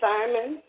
Simon